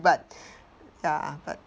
but ya but